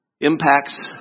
impacts